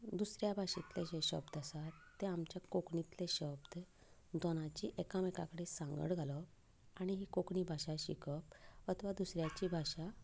दुसऱ्या भाशेंतले जे शब्द आसा ते आमचे कोंकणींतले शब्द दोनाची एकामेका कडेन सांगड घालप आनी कोंकणी भाशा शिकप अथवा दुसऱ्याची भाशा